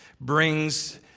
brings